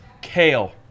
Kale